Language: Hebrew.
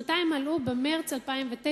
שנתיים מלאו במרס 2009,